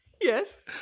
Yes